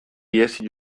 ihesi